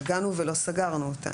נגענו, לא סגרנו אותה.